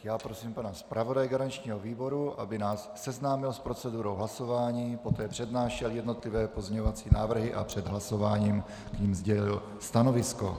Já prosím pana zpravodaje garančního výboru, aby nás seznámil s procedurou hlasování, poté přednášel jednotlivé pozměňovací návrhy a před hlasováním sdělil stanovisko.